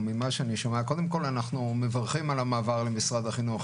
קודם כל אנחנו מברכים על המעבר למשרד החינוך,